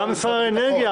גם שר האנרגיה